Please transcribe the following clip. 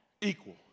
equal